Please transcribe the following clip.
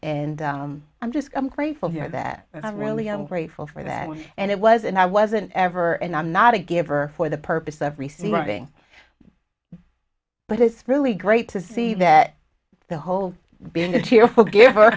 and i'm just i'm grateful for that and i'm really i'm grateful for that and it was and i wasn't ever and i'm not a giver for the purpose of receiving but it's really great to see that the whole being a cheerful giver